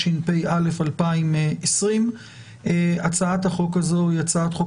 התשפ"א 2020. הצעת החוק הזאת היא הצעת חוק